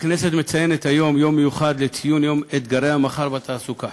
הכנסת מציינת היום יום מיוחד לציון אתגרי המחר בתעסוקה,